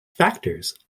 factors